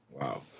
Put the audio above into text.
Wow